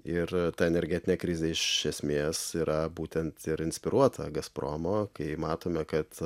ir ta energetinė krizė iš esmės yra būtent ir inspiruota gazpromo kai matome kad